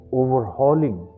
overhauling